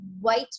white